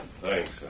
Thanks